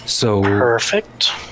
Perfect